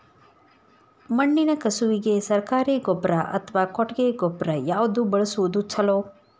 ಮಣ್ಣಿನ ಕಸುವಿಗೆ ಸರಕಾರಿ ಗೊಬ್ಬರ ಅಥವಾ ಕೊಟ್ಟಿಗೆ ಗೊಬ್ಬರ ಯಾವ್ದು ಬಳಸುವುದು ಛಲೋ?